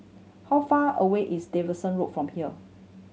how far away is Davidson Road from here